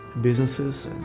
businesses